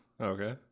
Okay